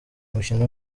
mukino